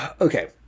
okay